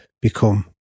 become